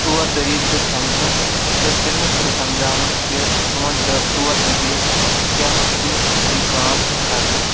طور طٔریٖقہٕ تہِ سَمجھُن تہٕ تٔمِس تہِ سَمجھاوُن کہِ سون تہٕ طور طٔریٖقہٕ کیٛاہ چھُ یہِ کٲم کَرنُک